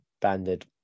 banded